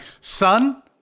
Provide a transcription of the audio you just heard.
son